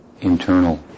internal